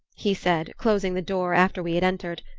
he said, closing the door after we had entered,